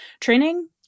training